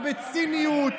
ובציניות,